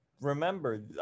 remember